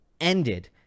ended